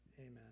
Amen